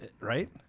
Right